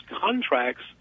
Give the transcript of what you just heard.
contracts